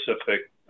specific